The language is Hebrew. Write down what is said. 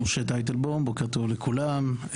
בוקר טוב לכולם,